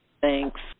Thanks